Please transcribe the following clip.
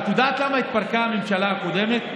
את יודעת למה התפרקה הממשלה הקודמת?